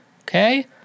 Okay